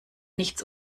nichts